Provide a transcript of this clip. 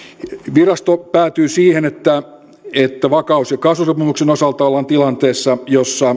virasto päätyy siihen että että vakaus ja kasvusopimuksen osalta ollaan tilanteessa jossa